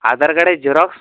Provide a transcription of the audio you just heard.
आधार कार्डाचे झेरॉक्स